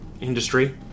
industry